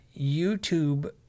YouTube